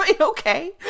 okay